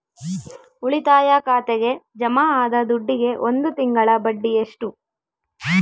ಉಳಿತಾಯ ಖಾತೆಗೆ ಜಮಾ ಆದ ದುಡ್ಡಿಗೆ ಒಂದು ತಿಂಗಳ ಬಡ್ಡಿ ಎಷ್ಟು?